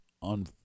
on